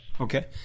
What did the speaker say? Okay